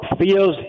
feels